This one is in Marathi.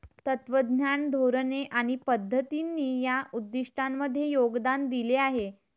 तत्त्वज्ञान, धोरणे आणि पद्धतींनी या उद्दिष्टांमध्ये योगदान दिले आहे